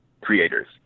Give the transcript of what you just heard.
creators